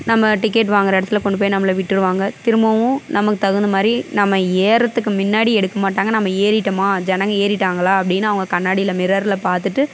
நம்ம டிக்கெட் வாங்கிற இடத்துல கொண்டு போய் நம்மளை விட்டுடுவாங்க திரும்பவும் நமக்கு தகுந்த மாதிரி நம்ம ஏர்றத்துக்கு முன்னாடி எடுக்க மாட்டாங்க நம்ம ஏறிவிட்டோமா ஜனங்கள் ஏறிவிட்டாங்களா அப்படின்னு அவங்க கண்ணாடியில் மிரரில் பார்த்துட்டு